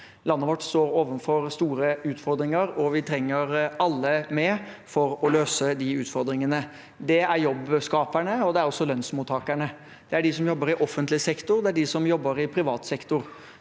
Landet vårt står overfor store utfordringer, og vi trenger alle med for å løse de utfordringene. Det er jobbskaperne, og det er også lønnsmottakerne. Det er de som jobber i offentlig sektor, og det er de som jobber i privat sektor.